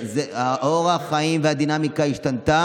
אורח החיים והדינמיקה השתנו,